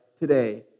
today